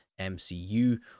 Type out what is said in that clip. mcu